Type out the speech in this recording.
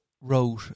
wrote